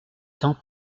tant